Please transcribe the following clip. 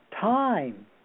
time